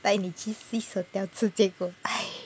带你去 swissotel 吃这个哎